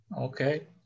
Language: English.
Okay